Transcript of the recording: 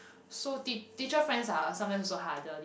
so tea~ teacher friends are sometimes also harder depends